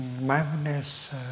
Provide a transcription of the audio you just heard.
Mindfulness